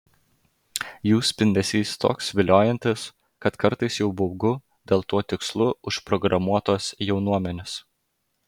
jų spindesys toks viliojantis kad kartais jau baugu dėl tuo tikslu užprogramuotos jaunuomenės